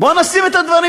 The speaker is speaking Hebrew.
בואו נשים את הדברים,